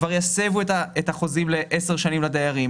שכבר יסבו את החוזים לעשר שנים לדיירים